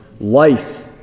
life